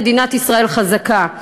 מדינת ישראל חזקה.